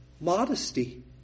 modesty